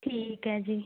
ਠੀਕ ਹੈ ਜੀ